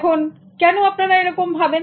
এখন কেন আপনারা এরকম ভাবেন